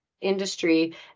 industry